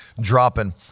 dropping